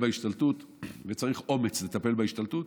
וצריך אומץ לטפל בהשתלטות.